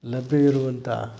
ಲಭ್ಯವಿರುವಂಥ